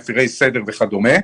מפירי סדר וכדומה.